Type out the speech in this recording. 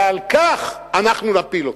ועל כך אנחנו נפיל אתכם.